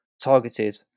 targeted